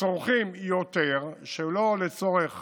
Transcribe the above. וצורכים יותר שלא לצורך